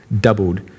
doubled